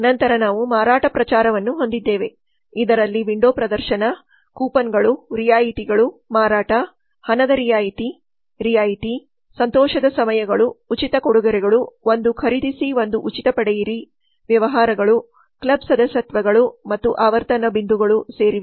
ನಂತರ ನಾವು ಮಾರಾಟ ಪ್ರಚಾರವನ್ನು ಹೊಂದಿದ್ದೇವೆ ಇದರಲ್ಲಿ ವಿಂಡೋ ಪ್ರದರ್ಶನ ಕೂಪನ್ಗಳು ರಿಯಾಯಿತಿಗಳು ಮಾರಾಟ ಹಣದ ರಿಯಾಯಿತಿ ರಿಯಾಯಿತಿ ಸಂತೋಷದ ಸಮಯಗಳು ಉಚಿತ ಉಡುಗೊರೆಗಳು ಒಂದು ಖರೀದಿಸಿ ಒಂದು ಉಚಿತ ಪಡೆಯಿರಿ ವ್ಯವಹಾರಗಳು ಕ್ಲಬ್ ಸದಸ್ಯತ್ವಗಳು ಮತ್ತು ಆವರ್ತನ ಬಿಂದುಗಳು ಸೇರಿವೆ